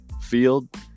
field